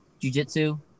jujitsu